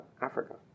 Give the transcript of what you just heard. Africa